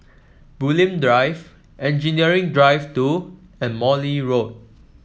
Bulim Drive Engineering Drive Two and Morley Road